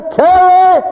carry